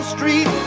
Street